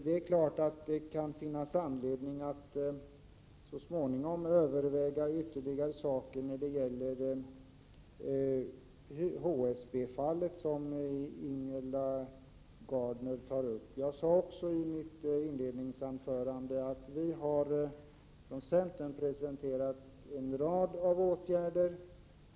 Det är klart att det kan finnas anledning att så småningom överväga ytterligare åtgärder när det gäller det HSB-fall som Ingela Gardner tog upp. Jag sade också i mitt inledningsanförande att vi från centern har presenterat en rad åtgärder.